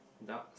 duck